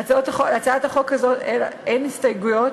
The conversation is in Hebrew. להצעת החוק הזאת אין הסתייגויות.